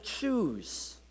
choose